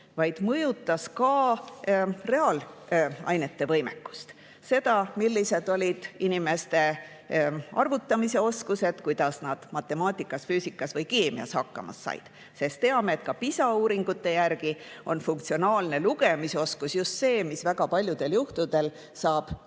vaid mõjutas ka reaalainetes võimekust – seda, milline on inimese arvutamise oskus, kuidas ta matemaatikas, füüsikas või keemias hakkama saab. Me ju teame, et ka PISA uuringute järgi on funktsionaalne lugemisoskus just see, mis väga paljudel juhtudel saab